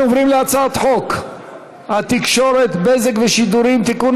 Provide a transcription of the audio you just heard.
אנחנו עוברים להצעת חוק התקשורת (בזק ושידורים) (תיקון,